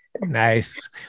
Nice